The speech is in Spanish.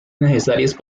necesarias